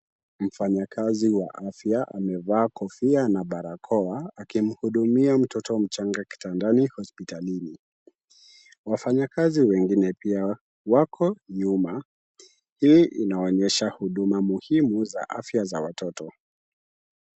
Mfayakazi wa afya amevaa kofia na barakoa, akimhudumia mtoto mchanga kitandani hospitalini. Wafanyakazi wengine pia wako nyuma. Hii inaonyesha huduma muhimu za afya za watoto.